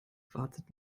wartet